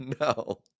No